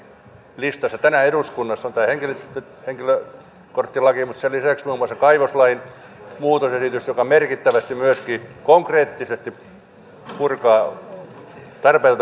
tässäkin listassa tänään eduskunnassa on tämä henkilökorttilaki mutta sen lisäksi muun muassa kaivoslain muutosesitys joka merkittävästi myöskin konkreettisesti purkaa tarpeetonta byrokratiaa